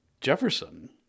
Jefferson